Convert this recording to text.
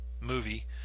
movie